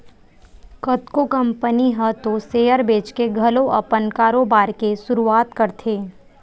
कतको कंपनी ह तो सेयर बेंचके घलो अपन कारोबार के सुरुवात करथे